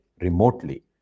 remotely